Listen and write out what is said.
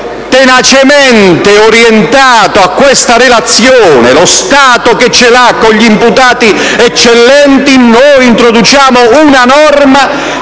tenacemente orientato a questa relazione, lo Stato che ce l'ha con gli imputati eccellenti, introduciamo una norma